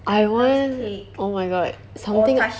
mm oh my god something I